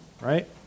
right